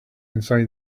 inside